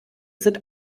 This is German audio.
sind